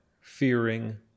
fearing